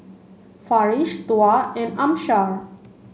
Farish Tuah and Amsyar